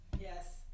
Yes